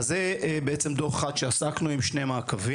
אז זה בעצם דוח אחד שעסקנו עם שני מעקבים.